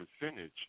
percentage